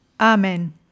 Amen